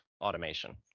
automation